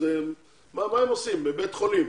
מה הם עושים בבית חולים?